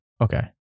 Okay